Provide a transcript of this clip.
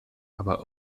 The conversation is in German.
aber